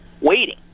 waiting